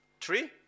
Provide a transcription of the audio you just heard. three